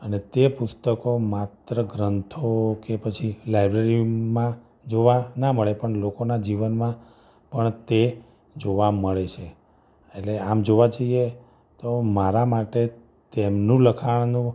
અને તે પુસ્તકો માત્ર ગ્રંથો કે પછી લાઈબ્રેરીમાં જોવા ના મળે પણ લોકોનાં જીવનમાં પણ તે જોવા મળે છે એટલે આમ જોવા જઈએ તો મારા માટે તેમનું લખાણનું